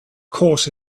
course